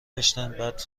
داشتن، بعد